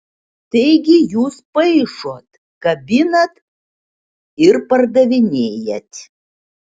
taigi jūs paišot kabinat ir pardavinėjat